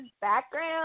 background